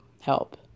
help